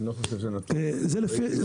אני לא חושב שהנתון נכון.